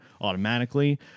automatically